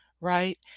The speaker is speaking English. Right